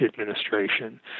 administration